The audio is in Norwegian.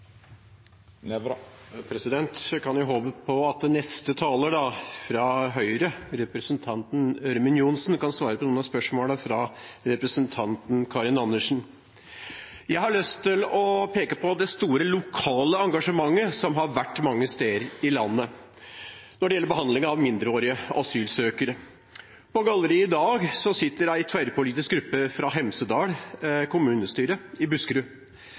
kan jo håpe at neste taler, representanten Ørmen Johnsen fra Høyre, kan svare på noen av spørsmålene fra representanten Karin Andersen. Jeg har lyst til å peke på det store lokale engasjementet som har vært mange steder i landet når det gjelder behandlingen av mindreårige asylsøkere. På galleriet i dag sitter en tverrpolitisk gruppe fra Hemsedal kommunestyre i Buskerud.